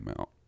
out